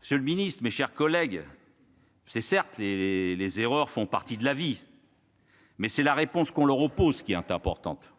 Seul Ministre, mes chers collègues. C'est certes les les erreurs font partie de la vie, mais c'est la réponse qu'on leur oppose qui est importante :